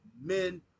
men